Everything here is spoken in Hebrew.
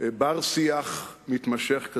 בר-שיח מתמשך,